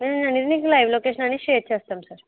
నేను మీకు live location అనేది షేర్ చేస్తాను సార్